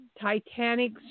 titanic